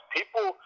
People